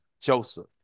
Joseph